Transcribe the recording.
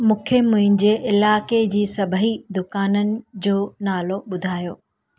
मूंखे मुंहिंजे इलाइक़े जी सभेई दुकाननि जो नालो ॿुधायो